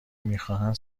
میخواهند